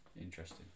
interesting